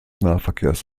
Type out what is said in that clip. nahverkehrs